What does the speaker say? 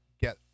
get